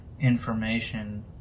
information